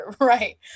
Right